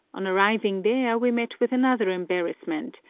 on arriving there we met with another embarrassment,